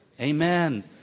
Amen